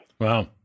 wow